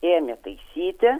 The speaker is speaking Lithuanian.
ėmė taisyti